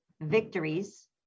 victories